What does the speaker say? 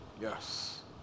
Yes